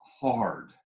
hard